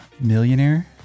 millionaire